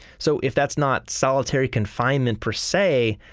so, if that's not solitary confinement per se,